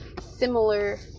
similar